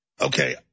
Okay